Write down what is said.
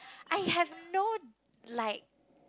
I have no like